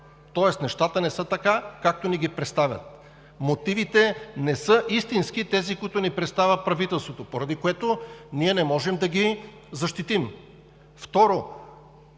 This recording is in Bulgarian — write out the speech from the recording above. Тоест нещата не са така, както ни ги представят. Мотивите не са истински – тези, които ни представя правителството, поради което ние не можем да ги защитим.